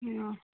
हँ